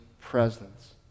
presence